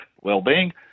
well-being